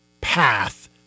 path